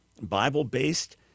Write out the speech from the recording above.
Bible-based